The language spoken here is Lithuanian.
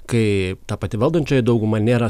kai ta pati valdančioji dauguma nėra